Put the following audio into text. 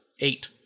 eight